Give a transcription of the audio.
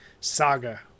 saga